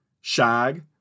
Shag